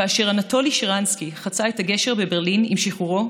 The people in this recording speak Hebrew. כאשר אנטולי שרנסקי חצה את הגשר בברלין עם שחרורו